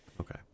Okay